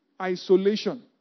isolation